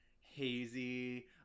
hazy